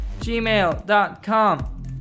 gmail.com